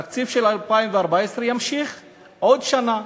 התקציב של 2014 יימשך עוד שנה.